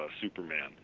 Superman